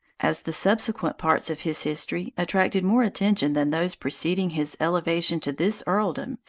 as the subsequent parts of his history attracted more attention than those preceding his elevation to this earldom,